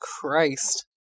Christ